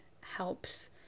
helps